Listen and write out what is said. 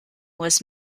was